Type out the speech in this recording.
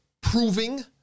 proving